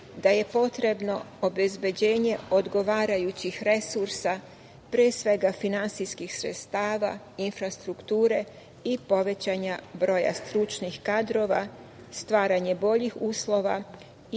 da je potrebno obezbeđenje odgovarajućih resursa, pre svega finansijskih sredstava, infrastrukture i povećanje broja stručnih kadrova, stvaranje boljih uslova i